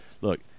look